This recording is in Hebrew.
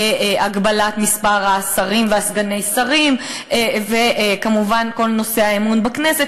הגבלת מספר השרים וסגני השרים וכמובן כל נושא האמון בכנסת.